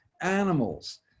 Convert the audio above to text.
animals